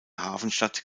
hafenstadt